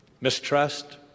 Mistrust